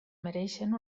mereixen